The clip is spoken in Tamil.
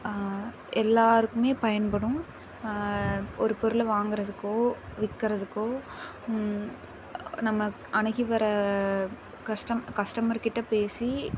எல்லாருக்குமே பயன்படும் ஒரு பொருளை வாங்கறதுக்கோ விற்கறதுக்கோ நம்ம அணுகி வர கஷ்டம் கஸ்டமர்கிட்ட பேசி